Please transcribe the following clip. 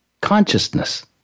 consciousness